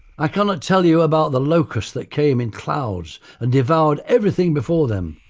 i cannot tell you about the locusts that came in clouds and devoured everything before them.